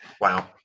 Wow